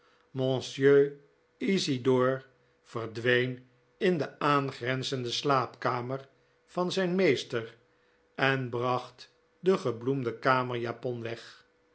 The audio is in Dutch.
isidor verdween in de aangrenzende slaapkamer van zijn meester en bracht de gebloemde kamerjapon weg